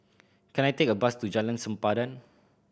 can I take a bus to Jalan Sempadan